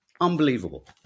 unbelievable